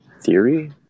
theory